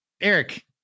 Eric